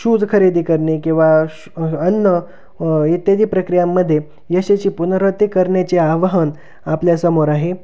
shoes खरेदी करने किंवा श अन्न इत्यादी प्रक्रियांमध्ये यशस्वी पुनरती करण्याचे आवाहन आपल्यासमोर आहे